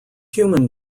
human